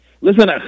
Listen